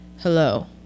hello